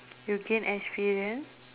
you gain experience